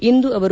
ಇಂದು ಅವರು